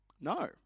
No